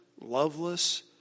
loveless